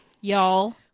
Y'all